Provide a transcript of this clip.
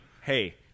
hey